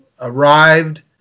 arrived